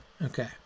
Okay